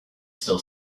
still